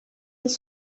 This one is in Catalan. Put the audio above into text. els